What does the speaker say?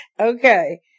Okay